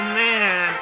man